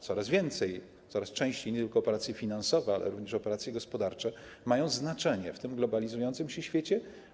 Coraz więcej, coraz częściej nie tylko operacje finansowe, ale również operacje gospodarcze mają znaczenie w tym globalizującym się świecie.